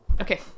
Okay